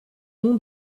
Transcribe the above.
nom